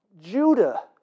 Judah